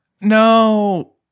No